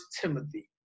Timothy